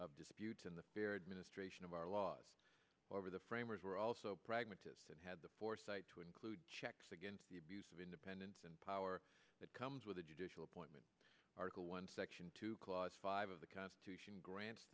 of disputes in the ministration of our laws over the framers were also pragmatists and had the foresight to include checks against the abuse of independence and power that comes with a judicial appointment article one section two clause five of the constitution grants